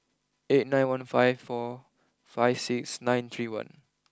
eight nine one five four five six nine three one